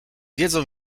wiedzą